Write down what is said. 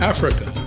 Africa